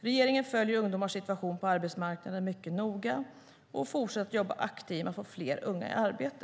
Regeringen följer ungdomars situation på arbetsmarknaden mycket noga och fortsätter att jobba aktivt med att få fler unga i arbete.